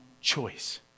choice